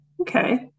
Okay